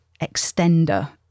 extender